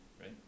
right